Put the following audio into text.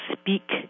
speak